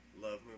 love